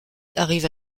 arrive